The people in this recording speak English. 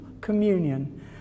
communion